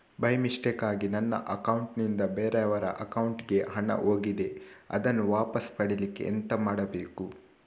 By ಮಿಸ್ಟೇಕಾಗಿ ನನ್ನ account ನಿಂದ ಬೇರೆಯವರ ಅಕೌಂಟ್ ಗೆ ಹಣ ಹೋಗಿದೆ ಅದನ್ನು ವಾಪಸ್ ಪಡಿಲಿಕ್ಕೆ ಎಂತ ಮಾಡಬೇಕು?